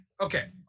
Okay